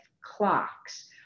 clocks